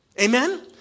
amen